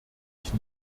ich